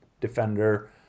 defender